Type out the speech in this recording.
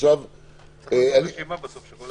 עושים רשימה בסוף.